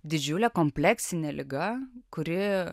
didžiulė kompleksinė liga kuri